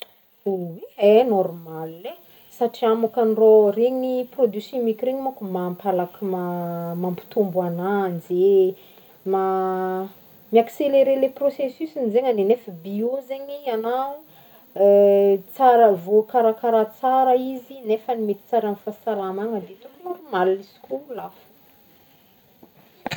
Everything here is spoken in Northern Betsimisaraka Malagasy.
normal e, satria môkany rô regny produits chimiques regny manko mampalaky mampitombo ananjy e, ma- mi-accelerer le processus-ny zegny nefagny bio zegny agnao tsara voakarakara tsara izy nefany mety tsara amy fahasalamagna de tokony normal izy koa lafo.